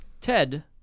Ted